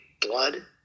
blood